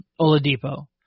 Oladipo